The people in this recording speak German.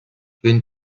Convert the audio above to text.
bin